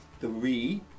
three